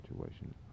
situation